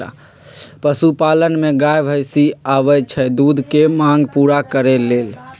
पशुपालन में गाय भइसी आबइ छइ दूध के मांग पुरा करे लेल